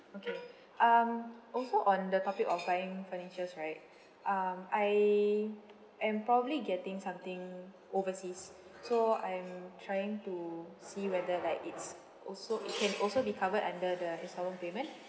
okay um also on the topic of buying furnitures right um I am probably getting something overseas so I am trying to see whether like it's also it can also be covered under the instalment payment